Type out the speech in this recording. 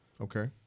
okay